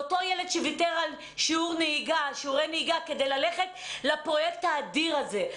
לאותו ילד שוויתר על שיעורי נהיגה כדי לצאת לפרויקט האדיר הזה.